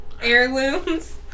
heirlooms